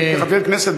כחבר כנסת,